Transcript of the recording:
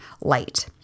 light